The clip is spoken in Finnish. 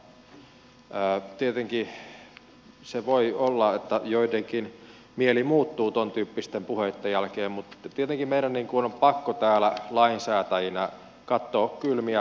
tietenkin se voi olla että joidenkin mieli muuttuu tuontyyppisten puheitten jälkeen mutta tietenkin meidän on pakko täällä lainsäätäjinä katsoa kylmiä faktoja